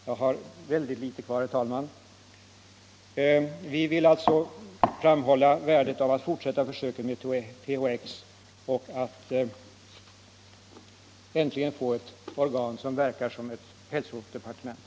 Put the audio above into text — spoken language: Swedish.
Vi vill från centerhåll alltså framhålla värdet av att bl.a. fortsätta försöken med THX enligt motion 1975/76:1238 och att äntligen få ett organ som i alla avseenden fungerar som ett hälsodepartement.